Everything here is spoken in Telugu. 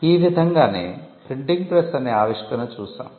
ఈ విధంగానే ప్రింటింగ్ ప్రెస్ అనే ఆవిష్కరణను చూశాము